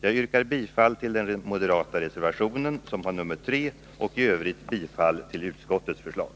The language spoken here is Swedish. Jag yrkar bifall till den moderata reservationen, som har nr 3, och i övrigt bifall till utskottets förslag.